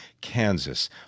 Kansas